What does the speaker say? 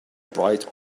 bright